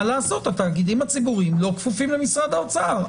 התאגידים הציבוריים לא כפופים למשרד האוצר.